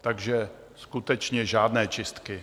Takže skutečně žádné čistky.